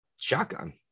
shotgun